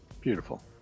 Beautiful